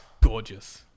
gorgeous